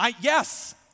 Yes